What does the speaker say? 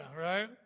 right